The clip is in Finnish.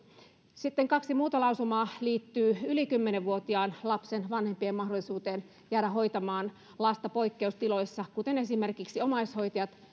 sitten kaksi muuta lausumaa liittyvät yli kymmenen vuotiaan lapsen vanhempien mahdollisuuteen jäädä hoitamaan lasta poikkeustiloissa kuten esimerkiksi omaishoitajat